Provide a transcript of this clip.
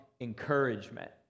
encouragement